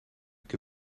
que